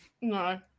No